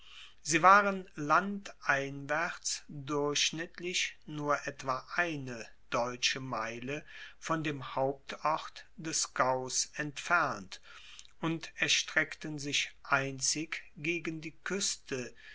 sie waren landeinwaerts durchschnittlich nur etwa eine deutsche meile von dem hauptort des gaus entfernt und erstreckten sich einzig gegen die kueste